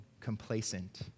complacent